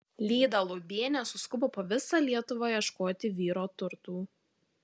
lyda lubienė suskubo po visą lietuvą ieškoti vyro turtų